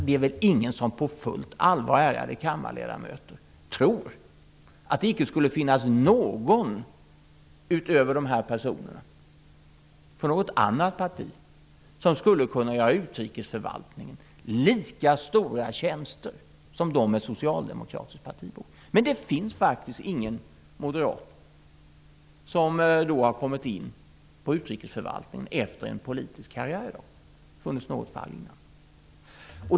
Det är väl ingen som på fullt allvar, ärade kammarledamöter, tror att det icke skulle finnas någon utöver de här personerna, någon från något annat parti, som skulle kunna göra utrikesförvaltningen lika stora tjänster som de med socialdemokratisk partibok. Men det finns faktiskt ingen moderat som har kommit in i utrikesförvaltningen efter en politisk karriär i dag.